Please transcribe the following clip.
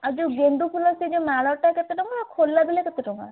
ଆଉ ଯେଉଁ ଗେଣ୍ଡୁ ଫୁଲ ସେ ଯେଉଁ ମାଳଟା କେତେ ଟଙ୍କା ଆଉ ଖୋଲା ଦେଲେ କେତେ ଟଙ୍କା